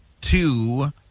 two